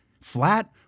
flat